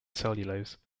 cellulose